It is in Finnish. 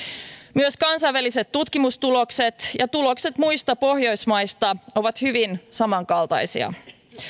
myös kansainväliset tutkimustulokset ja tulokset muista pohjoismaista ovat hyvin samankaltaisia